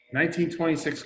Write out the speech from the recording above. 1926